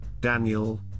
Daniel